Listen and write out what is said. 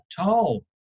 tall